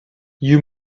you